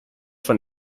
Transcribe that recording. von